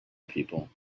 people